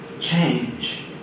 Change